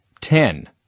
Ten